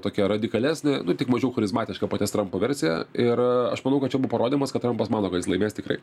tokia radikalesnė nu tik mažiau charizmatiška paties trampo versija ir aš manau kad čia buvo parodymas kad trampas mano kad jis laimės tikrai